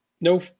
no